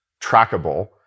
trackable